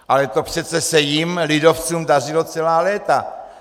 Ale to přece se jim, lidovcům, dařilo celá léta.